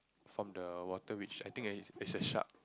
of the water which I think is a shark